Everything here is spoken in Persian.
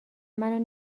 منو